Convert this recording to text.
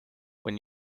when